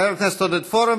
חבר הכנסת עודד פורר,